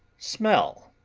smell